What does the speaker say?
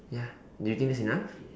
ya do you think that's enough